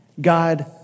God